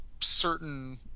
certain